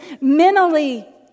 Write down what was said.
mentally